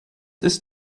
ist